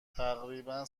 تقریبا